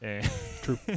True